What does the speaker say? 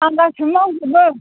आं गासिबो मावजोबो